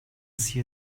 see